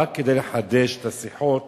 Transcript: רק כדי לחדש את השיחות